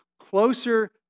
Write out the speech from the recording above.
closer